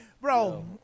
bro